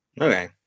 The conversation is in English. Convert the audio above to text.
Okay